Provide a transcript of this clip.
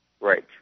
Right